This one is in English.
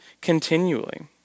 continually